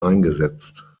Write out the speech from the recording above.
eingesetzt